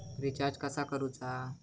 Recharge कसा करूचा?